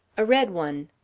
a red one.